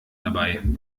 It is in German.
dabei